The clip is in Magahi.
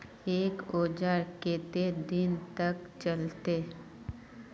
एक औजार केते दिन तक चलते?